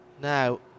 Now